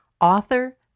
author